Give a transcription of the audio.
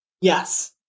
Yes